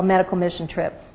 medical mission trip.